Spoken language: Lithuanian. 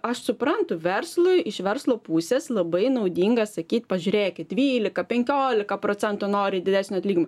aš suprantu verslui iš verslo pusės labai naudinga sakyt pažiūrėkit dvylika penkiolika procentų nori didesnio atlyginimo